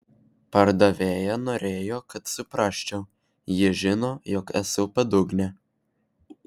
pardavėja norėjo kad suprasčiau ji žino jog esu padugnė